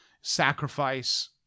sacrifice